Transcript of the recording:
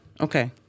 Okay